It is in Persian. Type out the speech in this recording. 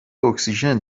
اکسیژن